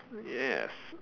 ya have